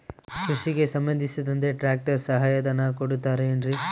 ಕೃಷಿಗೆ ಸಂಬಂಧಿಸಿದಂತೆ ಟ್ರ್ಯಾಕ್ಟರ್ ಸಹಾಯಧನ ಕೊಡುತ್ತಾರೆ ಏನ್ರಿ?